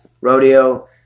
rodeo